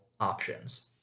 options